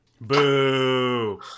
Boo